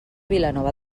vilanova